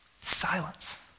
Silence